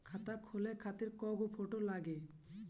खाता खोले खातिर कय गो फोटो लागी?